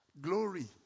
glory